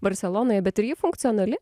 barselonoje bet ir ji funkcionali